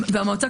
והמועצה,